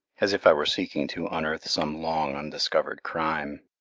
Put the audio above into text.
as if i were seeking to unearth some long undiscovered crime.